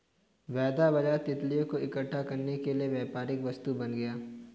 वायदा बाजार तितलियों को इकट्ठा करने के लिए व्यापारिक वस्तु बन गया